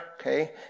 okay